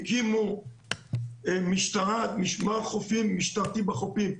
הקימו משמר חופים משטרתי בחופים.